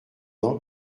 ans